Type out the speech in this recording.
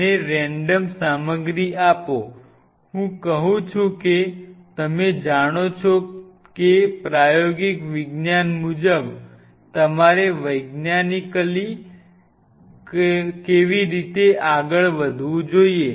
મને રેન્ડમ સામગ્રી આપો હું કહું છું કે તમે જાણો છો કે પ્રાયોગિક વિજ્ઞાન મુજબ તમારે વૈજ્ઞાનિકલી રીતે કેવી રીતે આગળ વધવું જોઈએ